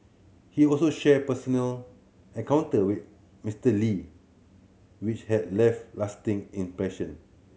he also shared personal encounter with Mister Lee which have left lasting impression